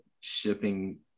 shipping